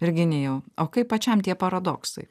virginijau o kaip pačiam tie paradoksai